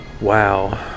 wow